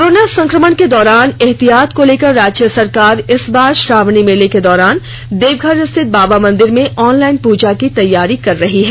corona संकमण के दौरान एहतियात को लेकर राज्य सरकार इस बार श्रावणी मेले के दौरान देवघर स्थित बाबा मंदिर में ऑनलाईन पुजा की तैयारी कर रही है